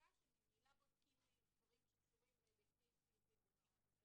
בדיקה שממילא בודקים לי דברים שקשורים להיבטים פיזיים.